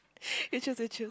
you choose you choose